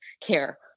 care